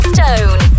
Stone